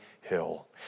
hill